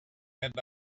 and